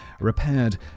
repaired